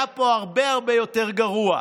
היה פה הרבה הרבה יותר גרוע.